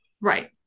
right